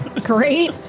Great